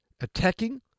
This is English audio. attacking